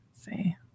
see